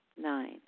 Nine